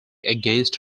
against